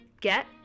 get